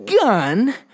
Gun